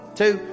two